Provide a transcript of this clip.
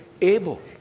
able